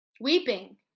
weeping